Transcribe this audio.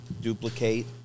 duplicate